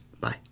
Bye